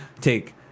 take